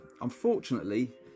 Unfortunately